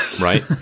right